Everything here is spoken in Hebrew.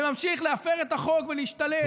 ולהמשיך להפר את החוק ולהשתלט.